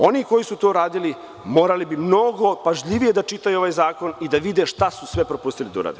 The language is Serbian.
Oni koji su to radili, morali bi mnogo pažljivije da čitaju ovaj zakon i da vide šta su sve propustili da urade.